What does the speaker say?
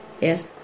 Yes